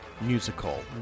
musical